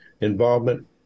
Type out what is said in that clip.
involvement